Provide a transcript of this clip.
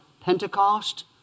Pentecost